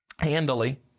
Handily